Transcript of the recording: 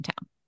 town